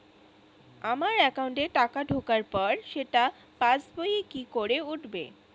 আমার একাউন্টে টাকা ঢোকার পর সেটা পাসবইয়ে কি করে উঠবে?